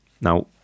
Now